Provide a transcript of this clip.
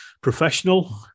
professional